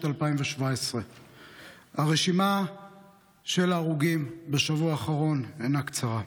2017. הרשימה של ההרוגים בשבוע האחרון אינה קצרה.